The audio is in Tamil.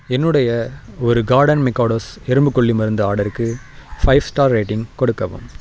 என்னுடைய ஒரு கார்டன் மிகாடோஸ் எறும்புக் கொல்லி மருந்து ஆர்டருக்கு ஃபை ஸ்டார் ரேட்டிங் கொடுக்கவும்